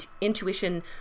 intuition